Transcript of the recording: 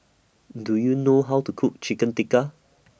Do YOU know How to Cook Chicken Tikka